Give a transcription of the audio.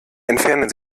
entfernen